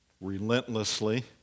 relentlessly